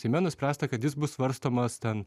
seime nuspręsta kad jis bus svarstomas ten